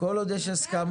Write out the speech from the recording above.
כל עוד יש הסכמות,